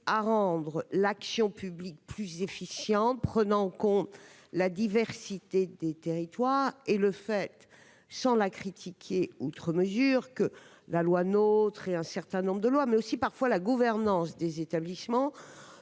à rendre l'action publique plus efficiente, en prenant en compte la diversité des territoires et le fait que la loi NOTRe et un certain nombre d'autres lois, mais aussi, parfois, la gouvernance des établissements